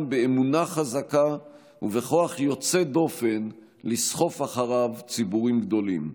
באמונה חזקה ובכוח יוצא דופן לסחוף אחריו ציבורים גדולים.